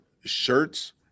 shirts